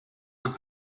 man